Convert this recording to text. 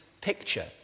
picture